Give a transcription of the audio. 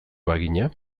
bagina